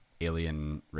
Alien